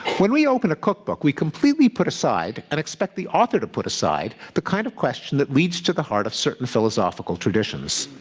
when we open a cookbook, we completely put aside and expect the author to put aside the kind of question that leads to the heart of certain philosophical traditions.